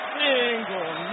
single